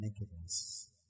nakedness